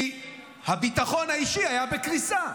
כי הביטחון האישי היה בקריסה.